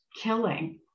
killing